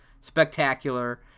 spectacular